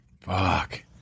Fuck